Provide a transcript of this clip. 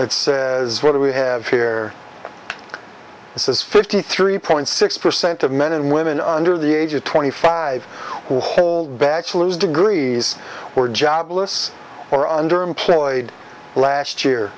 it's what we have here says fifty three point six percent of men and women under the age of twenty five bachelor's degrees were jobless or underemployed last year